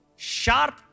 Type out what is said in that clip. Sharp